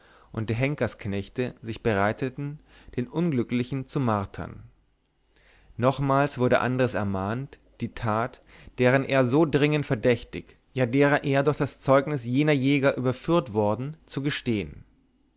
und die henkersknechte sich bereiteten den unglücklichen zu martern nochmals wurde andres ermahnt die tat deren er so dringend verdächtig ja deren er durch das zeugnis jener jäger überführt worden zu gestehen